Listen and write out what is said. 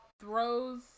throws